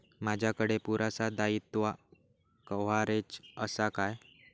माजाकडे पुरासा दाईत्वा कव्हारेज असा काय?